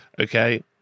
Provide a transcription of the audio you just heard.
okay